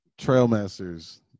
Trailmasters